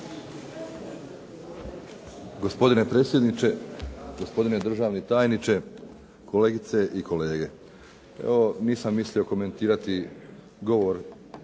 Gospodine predsjedniče, gospodine državni tajniče, kolegice i kolege. Evo nisam mislio komentirati govor